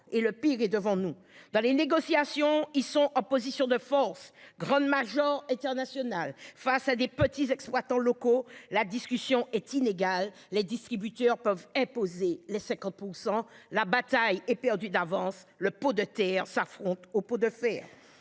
et le pire est devant nous dans les négociations. Ils sont en position de force. Grande Marjan internationale face à des petits exploitants locaux la discussion est inégal. Les distributeurs peuvent imposer les 50%. La bataille est perdue d'avance. Le pot de terre s'affrontent au pot de fer.